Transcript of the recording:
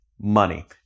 money